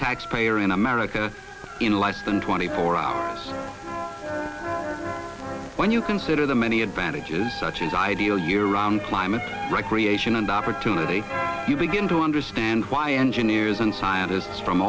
taxpayer in america in less than twenty for hours when you consider the many advantages such as ideal year round climate recreation and opportunity you begin to understand why engineers and scientists from